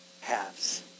halves